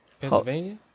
Pennsylvania